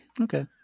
Okay